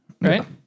right